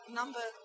number